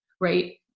right